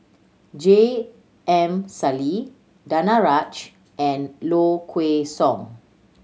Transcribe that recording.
J M Sali Danaraj and Low Kway Song